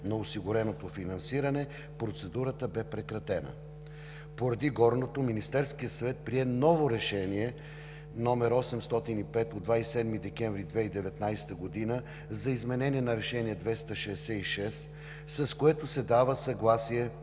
на осигуреното финансиране, процедурата бе прекратена. Поради горното Министерският съвет прие ново Решение № 805 от 27 декември 2019 г. за изменение на Решение № 266, с което се дава съгласие